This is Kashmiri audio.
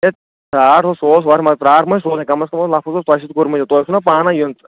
ہے اوس سُہ اوس سونٕے کَمَس کَم اوس لفظ اوس تۄہہِ سۭتۍ کوٚرمُت یہِ تۄہہِ اوسوُ نا پانَے یُن تہٕ